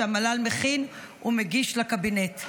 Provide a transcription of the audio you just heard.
שהמל"ל מכין ומגיש לקבינט.